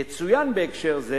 יצוין בהקשר זה